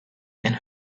and